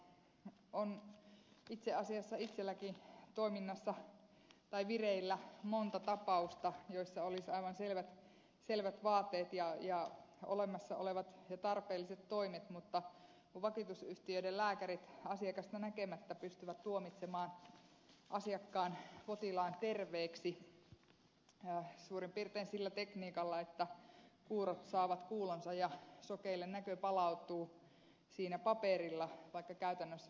on itse asiassa itsellänikin vireillä monta tapausta joissa olisi aivan selvät vaateet ja olemassa olevat ja tarpeelliset toimet mutta vakuutusyhtiöiden lääkärit asiakasta näkemättä pystyvät tuomitsemaan asiakkaan potilaan terveeksi suurin piirtein sillä tekniikalla että kuurot saavat kuulonsa ja sokeille näkö palautuu siinä paperilla vaikka käytännössä näin ei tapahdukaan